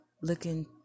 looking